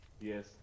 Yes